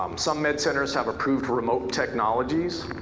um some med centers have approved remote technologies.